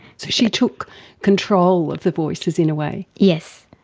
so she took control of the voices, in a way. yes,